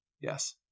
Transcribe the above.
Yes